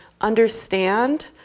understand